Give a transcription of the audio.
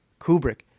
Kubrick